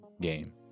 game